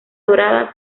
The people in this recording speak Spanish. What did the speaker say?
dorada